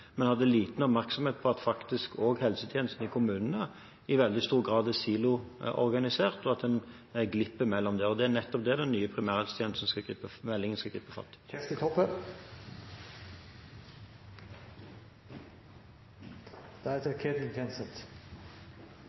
men den hadde liten oppmerksomhet på at helsetjenesten i kommunene i veldig stor grad er siloorganisert, og at det glipper der. Det er nettopp det den nye meldingen skal gripe fatt